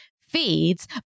feeds